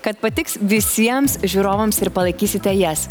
kad patiks visiems žiūrovams ir palaikysite jas